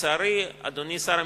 לצערי, אדוני שר המשפטים,